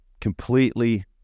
completely